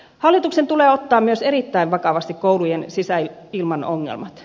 hallituksen tulee ottaa myös erittäin vakavasti koulujen sisäilman ongelmat